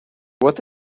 what